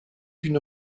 d’une